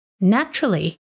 naturally